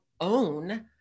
own